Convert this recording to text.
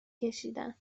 کشیدم